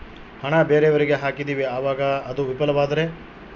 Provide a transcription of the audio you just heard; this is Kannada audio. ಹಣ ಬೇರೆಯವರಿಗೆ ಹಾಕಿದಿವಿ ಅವಾಗ ಅದು ವಿಫಲವಾದರೆ?